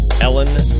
Ellen